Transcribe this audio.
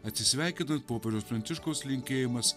atsisveikinant popiežiaus pranciškaus linkėjimas